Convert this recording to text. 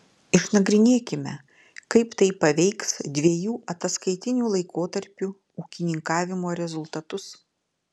išnagrinėkime kaip tai paveiks dviejų ataskaitinių laikotarpių ūkininkavimo rezultatus